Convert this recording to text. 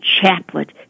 chaplet